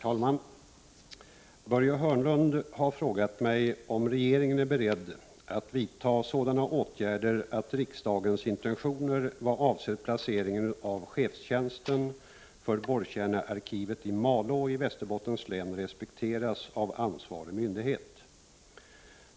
Herr talman! Börje Hörnlund har frågat mig om regeringen är beredd att vidta sådana åtgärder att riksdagens intentioner vad avser placeringen av chefstjänsten för borrkärnearkivet i Malå i Västerbottens län respekteras av ansvarig myndighet.